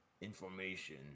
information